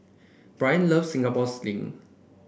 Brian loves Singapore Sling